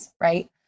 right